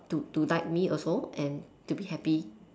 to to like me also and to be happy